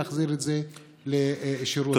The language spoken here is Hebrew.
להחזיר את זה לשירות המדינה.